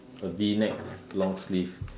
a V neck long sleeve